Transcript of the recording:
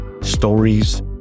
stories